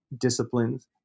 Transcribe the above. disciplines